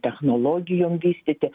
technologijom vystyti